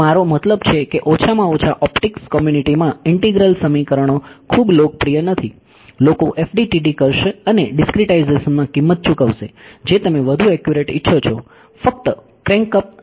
તેથી મારો મતલબ છે કે ઓછામાં ઓછા ઓપ્ટિક્સ કોમ્યુનીટીમાં ઇન્ટિગ્રલ સમીકરણો ખૂબ લોકપ્રિય નથી લોકો FDTD કરશે અને ડીસ્ક્રીટાઈઝેશનમાં કિંમત ચૂકવશે જે તમે વધુ એકયુરેટ ઇચ્છો છો ફક્ત ક્રેન્ક અપ